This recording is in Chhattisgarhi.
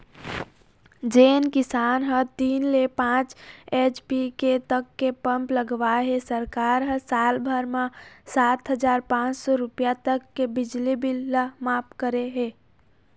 जेन किसान ह तीन ले पाँच एच.पी तक के पंप लगवाए हे सरकार ह साल भर म सात हजार पाँच सौ रूपिया तक के बिजली बिल ल मांफ करे हे